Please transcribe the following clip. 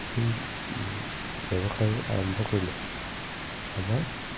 সেই ব্যৱসায় আৰম্ভ কৰিলে আমাৰ